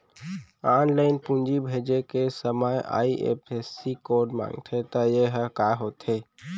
Online पूंजी भेजे के समय आई.एफ.एस.सी कोड माँगथे त ये ह का होथे?